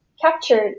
captured